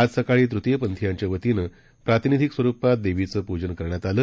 आज सकाळी तृतीय पंथीयांच्या वतीनं प्रातिनिधिक स्वरूपात देवीचं पूजन करण्यात आलं